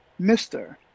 mr